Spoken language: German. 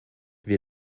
wir